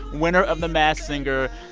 winner of the masked singer,